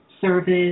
service